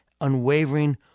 unwavering